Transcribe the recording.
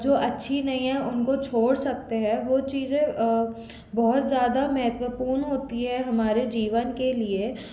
जो अच्छी नहीं है उनको छोड़ सकते हैं वो चीज़ें बहुत ज़्यादा महत्वपूर्ण होती है हमारे जीवन के लिए